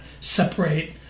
separate